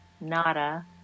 nada